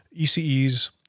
ECE's